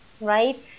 right